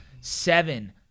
seven